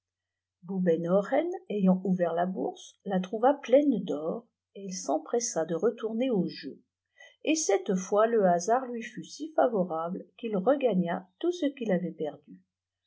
demain boubenhoren ayant ouvert la bourse la trouva pleine d'or et il s'empressa de retourner au jeu et cette fois le hasard lui fut si favorable qu'il regagna tout ce qu'il avait perdu